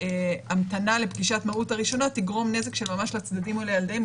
המתנה לפגישת מהות הראשונה תגרום נזק של ממש לצדדים או לילדיהם,